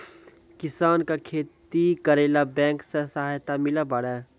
किसान का खेती करेला बैंक से सहायता मिला पारा?